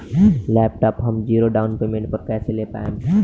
Laptop हम zero down payment पर कैसे ले पाएम?